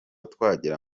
twagera